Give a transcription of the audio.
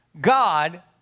god